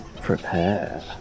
prepare